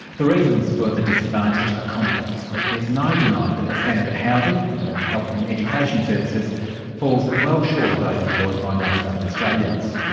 the reasons for the disadvantage are complex, but there's no denying that the standard of housing and of health and education services falls well short of those enjoyed by most other australians,